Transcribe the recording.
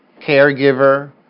caregiver